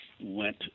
went